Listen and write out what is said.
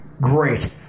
Great